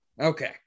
Okay